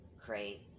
crate